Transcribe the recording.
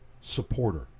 supporter